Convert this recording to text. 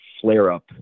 flare-up